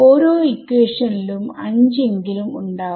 ഓരോ ഇക്വേഷനിലും 5 എങ്കിലും ഉണ്ടാകും